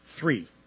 three